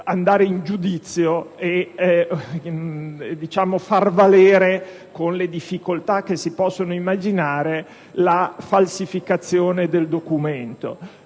andare in giudizio e far valere - con le difficoltà che si possono immaginare - la falsificazione del documento.